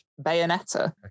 Bayonetta